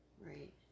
Right